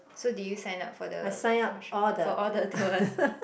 so did you sign up for the for all the tours